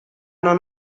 non